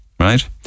right